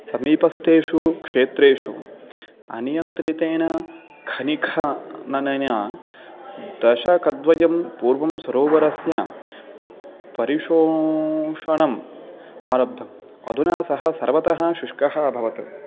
समीपस्थेषु क्षेत्रेषु अनियन्त्रितेन खनिखननेन दशकद्वयं पूर्वं सरोवरस्य परिशोषणम् आरब्धम् अधुना सः सर्वतः शुष्कः अभवत्